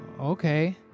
okay